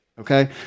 Okay